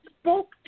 Spoke